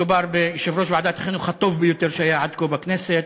מדובר ביושב-ראש ועדת החינוך הטוב ביותר שהיה עד כה בכנסת,